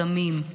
סמים,